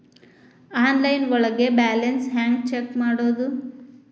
Online ಒಳಗೆ balance ಹ್ಯಾಂಗ check ಮಾಡೋದು?